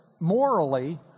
morally